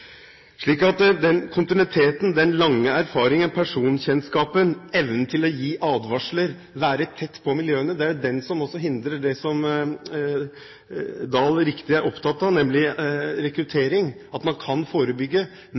Den kontinuiteten, den lange erfaringen, personkjennskapen, evnen til å gi advarsler og være tett på miljøene, er det som også hindrer det som Dahl riktig er opptatt av, nemlig rekruttering, at man kan forebygge